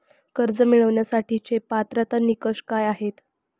कर्ज मिळवण्यासाठीचे पात्रता निकष काय आहेत?